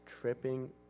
tripping